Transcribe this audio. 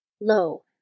Lo